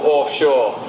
Offshore